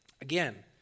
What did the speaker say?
Again